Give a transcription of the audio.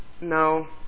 No